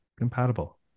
compatible